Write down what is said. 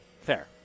fair